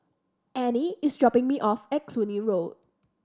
Annie is dropping me off at Cluny Road